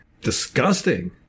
Disgusting